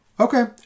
Okay